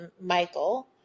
Michael